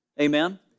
Amen